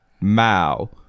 mao